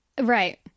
Right